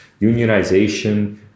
unionization